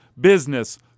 business